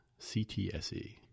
CTSE